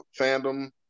fandom